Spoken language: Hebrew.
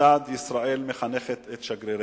כיצד ישראל מחנכת את שגריריה.